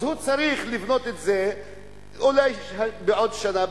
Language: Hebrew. אז הוא צריך לבנות את זה אולי בעוד שנה,